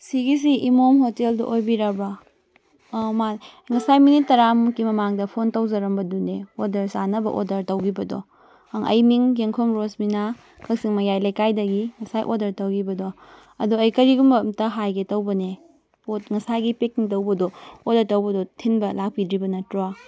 ꯁꯤꯒꯤꯁꯤ ꯏꯃꯣꯝ ꯍꯣꯇꯦꯜꯗꯨ ꯑꯣꯏꯕꯤꯔꯕꯣ ꯑꯥ ꯃꯥꯅꯦ ꯉꯁꯥꯏ ꯃꯤꯅꯤꯠ ꯇꯔꯥꯃꯨꯛꯀꯤ ꯃꯃꯥꯡꯗ ꯐꯣꯟ ꯇꯧꯖꯔꯝꯕꯗꯨꯅꯦ ꯑꯣꯔꯗꯔ ꯆꯥꯅꯕ ꯑꯣꯔꯗꯔ ꯇꯧꯈꯤꯕꯗꯣ ꯑꯪ ꯑꯩ ꯃꯤꯡ ꯌꯦꯡꯈꯣꯝ ꯔꯣꯁꯃꯤꯅꯥ ꯀꯛꯆꯤꯡ ꯃꯌꯥꯏ ꯂꯩꯀꯥꯏꯗꯒꯤ ꯉꯁꯥꯏ ꯑꯣꯔꯗꯔ ꯇꯧꯈꯤꯕꯗꯣ ꯑꯗꯨ ꯑꯩ ꯀꯔꯤꯒꯨꯝꯕ ꯑꯝꯇ ꯍꯥꯏꯒꯦ ꯇꯧꯕꯅꯦ ꯄꯣꯠ ꯉꯁꯥꯏꯒꯤ ꯄꯦꯛꯀꯤꯡ ꯇꯧꯕꯗꯣ ꯑꯣꯔꯗꯔ ꯇꯧꯕꯗꯣ ꯊꯤꯟꯕ ꯂꯥꯛꯄꯤꯗ꯭ꯔꯤꯕ ꯅꯠꯇ꯭ꯔꯣ